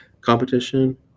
Competition